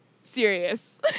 serious